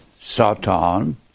Satan